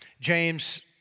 James